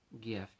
gift